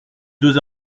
deux